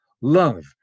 love